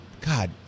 God